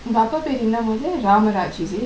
உங்க அப்பா பேரு என்னது:ungka appa peru ennathu ramaraj is it